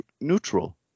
neutral